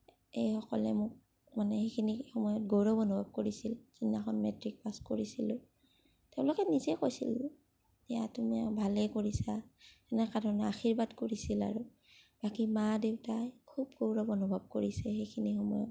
এইসকলে মোক মানে সেইখিনি সময়ত গৌৰৱ অনুভৱ কৰিছিল যোনদিনাখন মেট্ৰিক পাছ কৰিছিলোঁ তেওঁলোকে নিজেই কৈছিল যে তুমি ভালেই কৰিছা এনে সাধনে আশীৰ্বাদ কৰিছিল আৰু বাকী মা দেউতাই খুব গৌৰৱ অনুভৱ কৰিছে সেইখিনি সময়ত